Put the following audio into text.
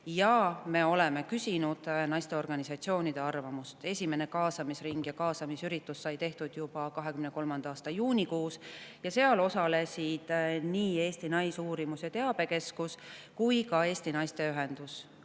ja me oleme küsinud naisorganisatsioonide arvamust. Esimene kaasamisring ja kaasamisüritus tehti juba 2023. aasta juunikuus ja seal osalesid Eesti Naisuurimus- ja Teabekeskus ja Eesti naiste ühendus.